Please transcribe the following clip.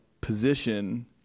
position